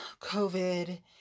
COVID